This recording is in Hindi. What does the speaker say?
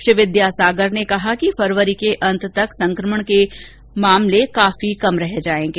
श्री विद्यासागर ने कहा कि फरवरी के अंत तक संकमण के काफी कम मामले रह जाएंगे